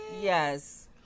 Yes